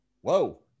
Whoa